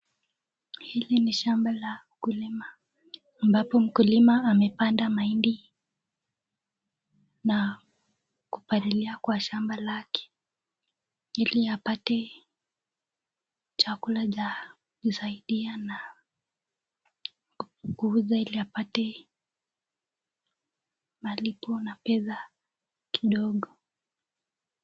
Hili ni shamba la ukulima ambapo mkulima amepanda mahindi na kupalilia kwa shamba lake ili apate chakula cha kujisaidia na kuuza ili apate malipo na pesa kidogo.